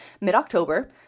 mid-October